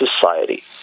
society